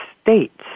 states